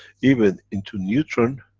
even into neutron,